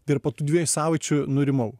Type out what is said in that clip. ir po tų dviejų savaičių nurimau